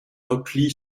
repli